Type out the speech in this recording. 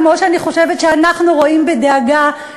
כמו שאני חושבת שאנחנו רואים בדאגה,